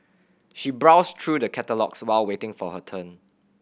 she browsed through the catalogues while waiting for her turn